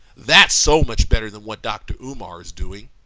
that's so much better than what dr. umar is doing.